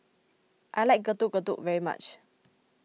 I like Getuk Getuk very much